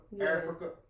Africa